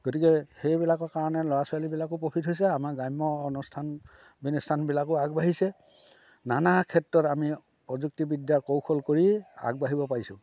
গতিকে সেইবিলাকৰ কাৰণে ল'ৰা ছোৱালীবিলাকো প্ৰফিট হৈছে আমাৰ গ্ৰাম্য অনুষ্ঠান মিনিষ্ঠানবিলাকো আগবাঢ়িছে নানা ক্ষেত্ৰত আমি প্ৰযুক্তিবিদ্যা কৌশল কৰি আগবাঢ়িব পাৰিছোঁ